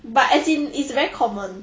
but as in it's very common